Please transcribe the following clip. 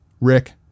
Rick